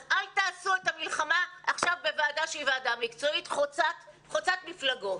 אז אל תעשו את המלחמה עכשיו בוועדה מקצועית חוצת מפלגות.